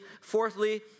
Fourthly